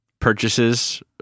purchases